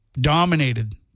dominated